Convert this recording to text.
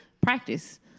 practice